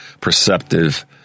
Perceptive